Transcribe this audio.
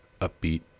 upbeat